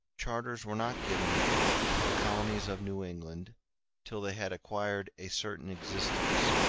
charters were not given to the colonies of new england till they had acquired a certain existence.